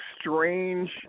strange